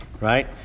Right